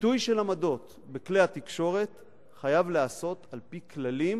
ביטוי של עמדות בכלי התקשורת חייב להיעשות על-פי כללים